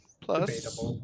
Plus